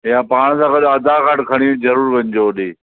या पाण सां गॾु आधार कार्डु खणी ज़रूरु वञिजो होॾे ई